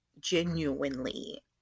genuinely